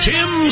Tim